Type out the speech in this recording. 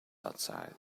outside